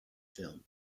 film